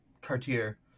Cartier